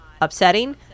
upsetting